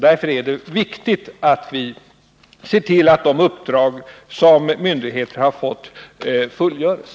Därför är det viktigt att vi ser till att de uppdrag som myndigheterna har fått fullgörs.